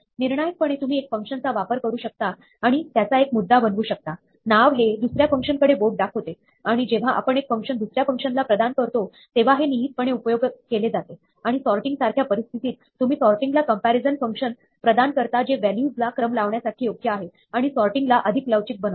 निर्णायकपणे तुम्ही एक फंक्शन चा वापर करू शकता आणि त्याचा एक मुद्दा बनवू शकता नाव हे दुसऱ्या फंक्शन कडे बोट दाखवते आणि जेव्हा आपण एक फंक्शन दुसऱ्या फंक्शनला प्रदान करतो तेव्हा हे निहित पणे उपयोग केले जाते आणि सॉर्टिंग सारख्या परिस्थितीत तुम्ही सॉर्टिंग ला कम्पॅरिझन फंक्शन प्रदान करता जे व्हॅल्यूज ला क्रम लावण्यासाठी योग्य आहे आणि सॉर्टिंग ला अधिक लवचिक बनवते